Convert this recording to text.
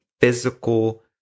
physical